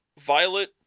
Violet